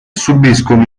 subiscono